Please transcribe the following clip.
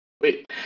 Wait